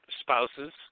spouses